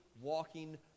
walking